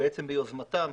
ובעצם ביוזמתם,